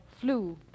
flu